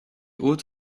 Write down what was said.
haute